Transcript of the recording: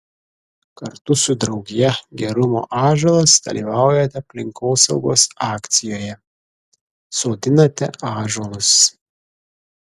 kartu su draugija gerumo ąžuolas dalyvaujate aplinkosaugos akcijoje sodinate ąžuolus